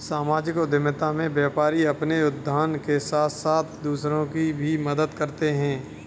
सामाजिक उद्यमिता में व्यापारी अपने उत्थान के साथ साथ दूसरों की भी मदद करते हैं